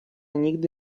nigdy